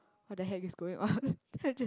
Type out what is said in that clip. what the heck is going on then I just